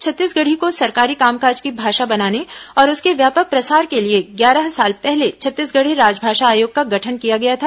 छत्तीसगढ़ी को सरकारी कामकाज की भाषा बनाने और उसके व्यापक प्रसार के लिए ग्यारह साल पहले छत्तीसगढ़ी राजभाषा आयोग का गठन किया गया था